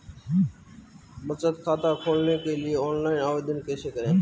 बचत खाता खोलने के लिए ऑनलाइन आवेदन कैसे करें?